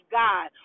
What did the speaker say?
god